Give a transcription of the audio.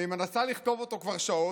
אני מנסה לכתוב אותו כבר שעות,